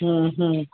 हम्म हम्म